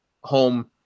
home